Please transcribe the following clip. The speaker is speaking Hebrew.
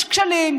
יש כשלים,